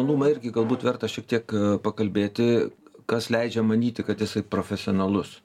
nūma irgi galbūt verta šiek tiek pakalbėti kas leidžia manyti kad jisai profesionalus